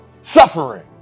Suffering